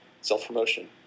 self-promotion